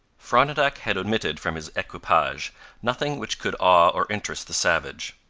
frontenac had omitted from his equipage nothing which could awe or interest the savage.